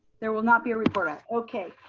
there will not be a report. okay.